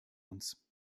uns